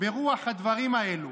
ברוח הדברים האלה,